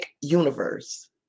universe